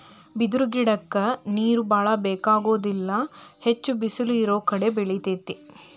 ಬಿದಿರ ಗಿಡಕ್ಕ ನೇರ ಬಾಳ ಬೆಕಾಗುದಿಲ್ಲಾ ಹೆಚ್ಚ ಬಿಸಲ ಇರುಕಡೆ ಬೆಳಿತೆತಿ